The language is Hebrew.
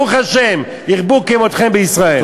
ברוך השם, ירבו כמותכם בישראל.